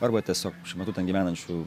arba tiesiog šiuo metu ten gyvenančių